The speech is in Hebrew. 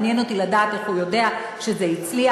מעניין אותי לדעת איך הוא יודע שזה הצליח.